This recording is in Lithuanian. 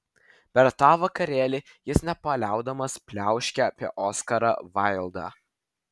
per tą vakarėlį jis nepaliaudamas pliauškė apie oskarą vaildą